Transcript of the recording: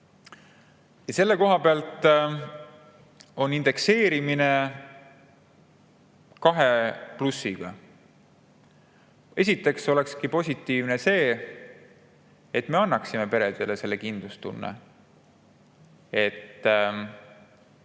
koha pealt on indekseerimine kahe plussiga. Esiteks oleks positiivne see, et me annaksime peredele selle kindlustunde, et